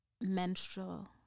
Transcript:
menstrual